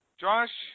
Josh